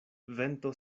vento